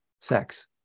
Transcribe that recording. sex